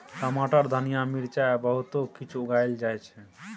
टमाटर, धनिया, मिरचाई आ बहुतो किछ उगाएल जाइ छै